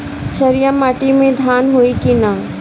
क्षारिय माटी में धान होई की न?